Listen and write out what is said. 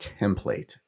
template